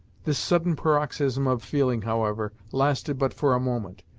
this sudden paroxysm of feeling, however, lasted but for a moment,